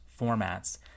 formats